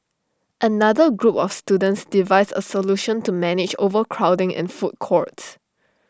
another group of students devised A solution to manage overcrowding in food courts